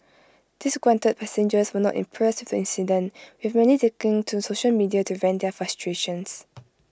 disgruntled passengers were not impressed the incident with many taking to social media to vent their frustrations